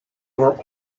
were